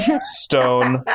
stone